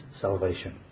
salvation